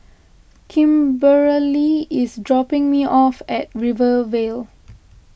Kimberely is dropping me off at Rivervale